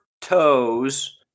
toes